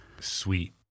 sweet